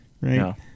right